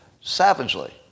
savagely